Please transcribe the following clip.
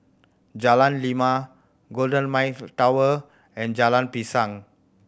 Jalan Lima Golden Mile Tower and Jalan Pisang